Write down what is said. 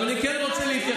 אבל אני כן רוצה להתייחס,